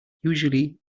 usually